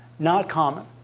not common,